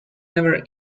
never